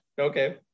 Okay